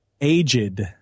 Aged